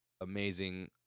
Amazing